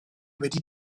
wedi